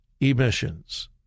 emissions